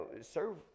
serve